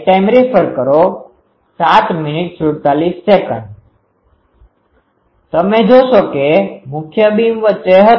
તમે જોશો કે મુખ્ય બીમ વચ્ચે હતી